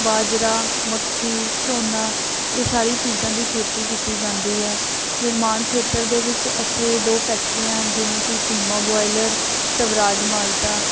ਬਾਜਰਾ ਮੱਕੀ ਝੋਨਾ ਇਹ ਸਾਰੀ ਚੀਜ਼ਾਂ ਦੀ ਖੇਤੀ ਕੀਤੀ ਜਾਂਦੀ ਆ ਨਿਰਮਾਣ ਖੇਤਰ ਦੇ ਵਿੱਚ ਇੱਥੇ ਦੋ ਫੈਕਟਰੀਆਂ ਹਨ ਜਿਵੇਂ ਕਿ ਚੀਮਾ ਬੋਇਲਰ ਸਵਰਾਜ ਮਾਜਦਾ